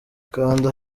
kanda